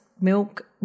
milk